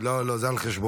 לא לא, זה על חשבוני.